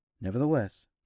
Nevertheless